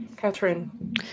Catherine